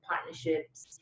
partnerships